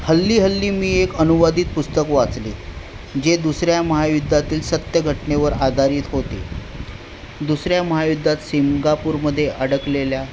हल्ली हल्ली मी एक अनुवादित पुस्तक वाचले जे दुसऱ्या महायुद्धातील सत्य घटनेवर आधारित होते दुसऱ्या महायुद्धात सिंगापूरमध्ये अडकलेल्या